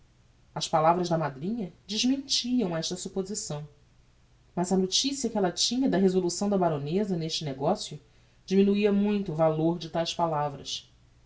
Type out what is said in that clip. as palavras da madrinha desmentiam esta supposição mas a noticia que ella tinha da resolução da baroneza neste negocio diminuia muito o valor de taes palavras